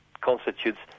constitutes